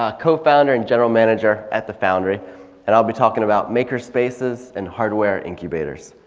ah co-founder and general manager at the foundry and i'll be talking about makers spaces and hardware incubators.